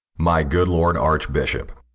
my good lord archbishop,